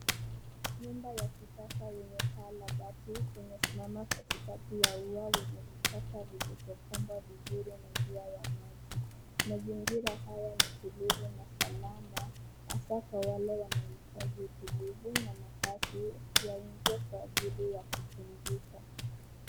Nyumba ya kisasa yenye paa la bati imesimama katikati ya ua wenye vichaka zilizopambwa vizuri na njia ya maji. Mazingira haya ni tulivu na salama hasa kwa wale wanaohitaji utulivu na nafasi ya nje kwa ajili ya kupumzika.